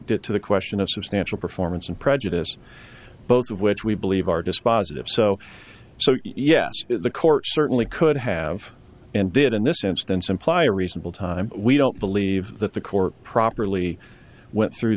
get to the question of substantial performance and prejudice both of which we believe are dispositive so so yes the court certainly could have and did in this instance imply a reasonable time we don't believe that the court properly went through